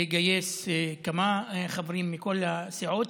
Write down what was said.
לגייס כמה חברים מכל הסיעות,